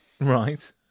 Right